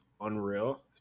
unreal